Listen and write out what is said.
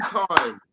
time